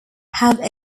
have